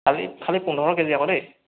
খালি খালি পোন্ধৰ কেজি আকৌ দেই